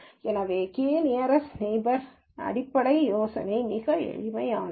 எனவே இந்த K nearest நெய்பர்ஸ்ன் அடிப்படை யோசனை மிகவும் எளிமையானது